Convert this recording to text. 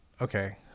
Okay